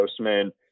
Ghostman